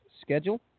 schedule